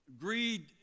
Greed